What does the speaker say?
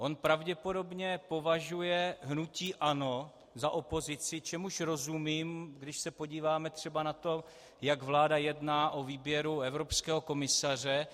On pravděpodobně považuje hnutí ANO za opozici, čemuž rozumím, když se podíváme třeba na to, jak vláda jedná o výběru evropského komisaře.